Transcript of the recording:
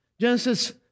Genesis